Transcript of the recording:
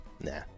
Nah